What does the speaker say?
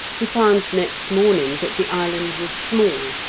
he found next morning that the island was small,